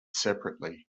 separately